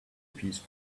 piece